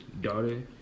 daughter